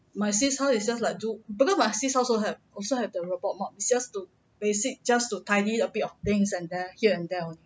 my sis house is just like do because my sis also have also have the robot mop it's just to basic just to tidy a bit of things and then here and there only